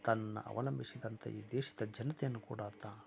ತನ್ನ ಅವಲಂಬಿಸಿದಂತ ಈ ದೇಶದ ಜನತೆಯನ್ನು ಕೂಡ ಆತ